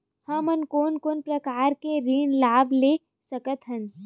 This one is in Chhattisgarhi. हमन कोन कोन प्रकार के ऋण लाभ ले सकत हन?